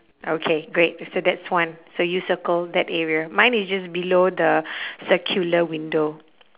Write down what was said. okay great so that's one so you circle that area mine is just below the circular window